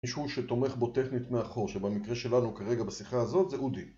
מישהו שתומך בו טכנית מאחור שבמקרה שלנו כרגע בשיחה הזאת זה אודי